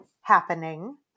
happening